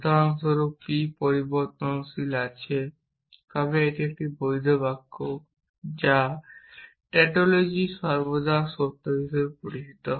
উদাহরণস্বরূপ p পরিবর্তনশীল আছে তবে এটি একটি বৈধ বাক্য যা ট্যাটলজি সর্বদা সত্য হিসাবেও পরিচিত